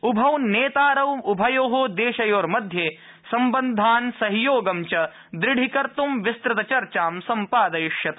उभौ नेतारौ उभयो देशयोर्मध्ये सम्बद्धान सहयोगं च दृढीकर्तू विस्तृतचर्चा सम्पादयिष्यत